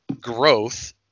growth